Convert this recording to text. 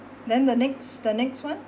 then the next the next one